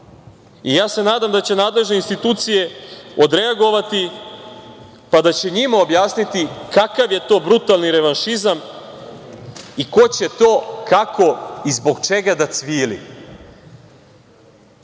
Nadam se da će nadležne institucije odreagovati, pa da će njima objasniti kakav je to brutalni revanšizam i ko će to, kako i zbog čega da